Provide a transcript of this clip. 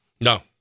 No